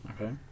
okay